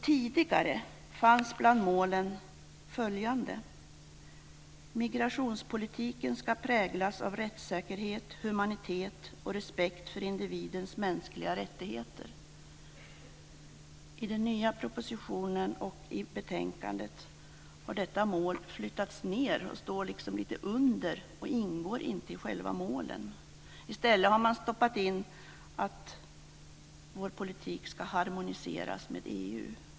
Tidigare fanns bland målen följande: Migrationspolitiken ska präglas av rättssäkerhet, humanitet och respekt för individens mänskliga rättigheter. I den nya propositionen och i betänkandet har detta mål flyttats ned och står liksom lite under. Det ingår inte i själva målen. I stället har man stoppat in att vår politik ska harmoniseras med EU.